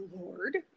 Lord